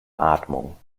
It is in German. atmung